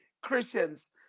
Christians